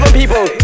people